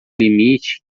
limite